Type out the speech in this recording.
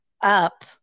up